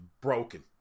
broken